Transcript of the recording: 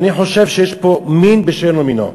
אני חושב שיש פה מין בשאינו מינו.